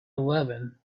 eleven